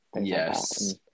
Yes